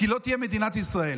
כי לא תהיה מדינת ישראל.